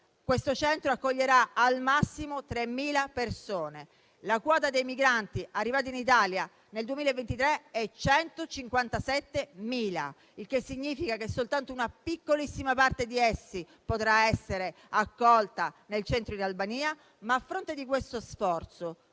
Questo centro accoglierà al massimo 3.000 persone. La quota dei migranti arrivata in Italia nel 2023 è 157.000, il che significa che soltanto una piccolissima parte di essi potrà essere accolta nel centro in Albania. A fronte di questo sforzo